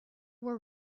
were